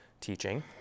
teaching